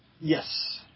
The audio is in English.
Yes